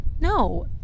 No